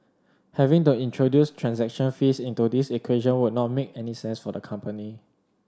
having to introduce transaction fees into this equation would not make sense for the company